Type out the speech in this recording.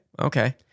Okay